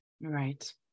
Right